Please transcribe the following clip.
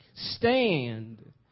stand